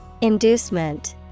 Inducement